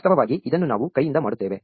ವಾಸ್ತವವಾಗಿ ಇದನ್ನು ನಾವು ಕೈಯಿಂದ ಮಾಡುತ್ತೇವೆ